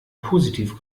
positiv